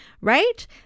right